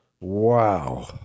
wow